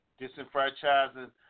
disenfranchising